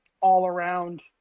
all-around